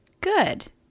good